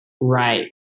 right